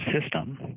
system